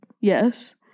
Yes